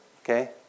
Okay